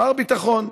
מר ביטחון.